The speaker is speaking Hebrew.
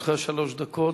לרשותך שלוש דקות.